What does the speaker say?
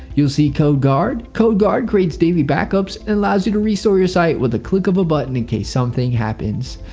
you'll see codeguard. codeguard creates daily backups and allows you to restore your site with a click of a button in case something happens.